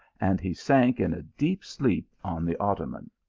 and he sunk in a deep sleep on the ottoman.